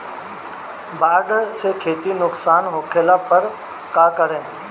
बाढ़ से खेती नुकसान होखे पर का करे?